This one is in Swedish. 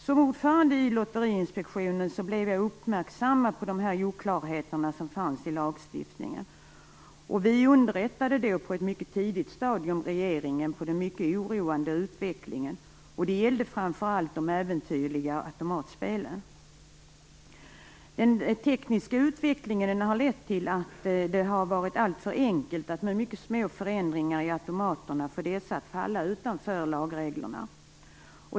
Som ordförande i Lotteriinspektionen gjordes jag uppmärksam på de oklarheter som fanns i lagstiftningen. Vi underrättade på ett tidigt stadium regeringen om den mycket oroande utvecklingen, framför allt när det gäller de "äventyrliga automatspelen". Den tekniska utvecklingen har lett till att det har varit alltför enkelt att med mycket små förändringar i automaterna få dessa att falla utanför lagreglerna.